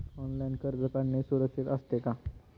Online कर्ज काढणे सुरक्षित असते का?